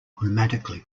grammatically